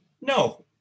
No